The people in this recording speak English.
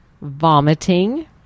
vomiting